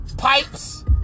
pipes